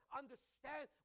understand